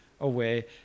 away